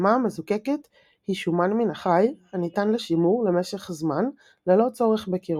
החמאה המזוקקת היא שומן מן החי הניתן לשימור למשך זמן ללא צורך בקירור.